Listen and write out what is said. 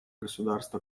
государства